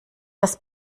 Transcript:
das